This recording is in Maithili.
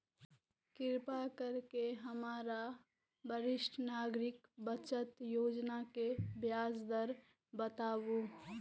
कृपा करके हमरा वरिष्ठ नागरिक बचत योजना के ब्याज दर बताबू